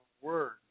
word